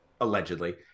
allegedly